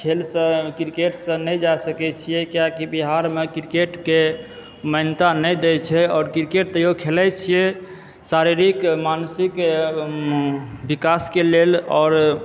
खेलसंँ क्रिकेटसंँ नहि जा सकए छिऐ किआकि बिहारमे क्रिकेटके मान्यता नहि दए छै आओर क्रिकेट तइयो खेलए छिऐ शारीरिक मानसिक विकासके लेल आओर